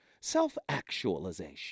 Self-actualization